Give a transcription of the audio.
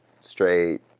straight